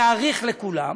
להאריך לכולם.